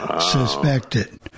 suspected